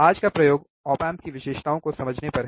आज का प्रयोग ऑप एम्प की विशेषताओं को समझने पर है